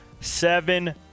seven